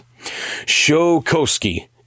Shokoski